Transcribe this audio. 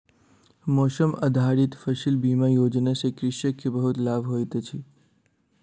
मौसम आधारित फसिल बीमा योजना सॅ कृषक के बहुत लाभ होइत अछि